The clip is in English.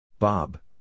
Bob